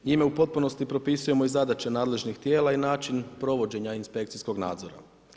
Njime u potpunosti propisujemo i zadaće nadležnih tijela i način provođenja inspekcijskog nadzora.